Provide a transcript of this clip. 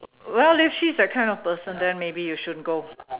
well if she's that kind of person then maybe you shouldn't go